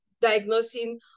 diagnosing